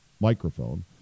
microphone